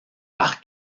par